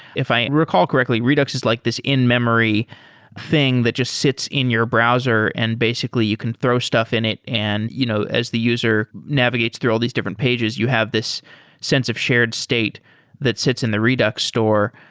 if i recall correctly, redux is like this in-memory thing that just sits in your browser and basically you can throw stuff in it. and you know as the user navigates through all these different pages, you have this sense of shared state that sits in the redux store.